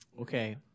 Okay